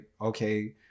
okay